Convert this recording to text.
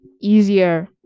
easier